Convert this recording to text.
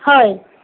হয়